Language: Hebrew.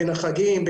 בין החגים,